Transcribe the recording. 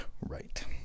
right